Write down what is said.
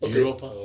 Europa